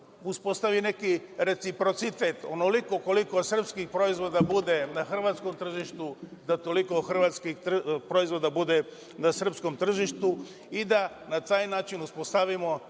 uspostavi neki reciprocitet. Onoliko koliko srpskih proizvoda bude na hrvatskom tržištu, da toliko hrvatskih proizvoda bude na srpskom tržištu i da na taj način uspostavimo